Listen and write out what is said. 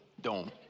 Dome